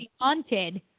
haunted